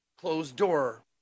closed-door